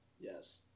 Yes